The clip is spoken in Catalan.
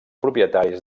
propietaris